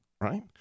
right